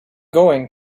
going